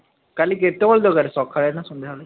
କାଲି କେତେବେଳେ ଦରକାର ସକାଳେ ନା ସନ୍ଧ୍ୟାବେଳେ